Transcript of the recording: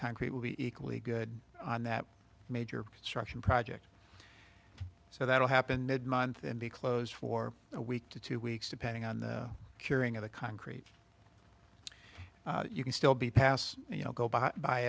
concrete will be equally good on that major construction project so that will happen that month and be closed for a week to two weeks depending on the curing of the concrete you can still be passed you know go b